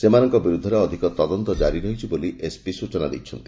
ସେମାନଙ୍କ ବିରୁଦ୍ଧରେ ଅଧିକ ତଦନ୍ତ ଜାରି ରହିଛି ବୋଲି ଏସ୍ପି ଶ୍ରୀ ମିଶ୍ର ସୂଚନା ଦେଇଛନ୍ତି